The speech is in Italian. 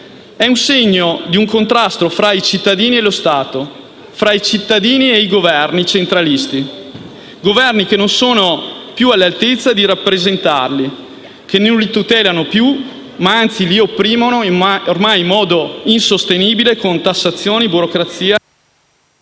è il segno di un contrasto tra i cittadini e lo Stato, tra i cittadini e i Governi centralisti. Governi che non sono più all'altezza di rappresentarli, che non li tutelano più, ma anzi li opprimono, ormai in modo insostenibile, con tassazioni, burocrazia,